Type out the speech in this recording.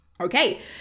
Okay